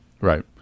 Right